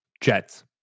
Jets